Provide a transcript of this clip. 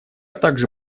также